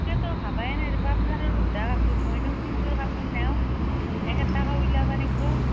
তাকেতো ভবাই নাই আপোনাৰ সুধা কাপোৰ মইনো কোনযোৰ কাপোৰ নিওঁ উলিয়াব লাগিব